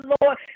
Lord